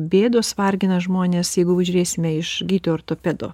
bėdos vargina žmones jeigu žiūrėsime iš gydytojo ortopedo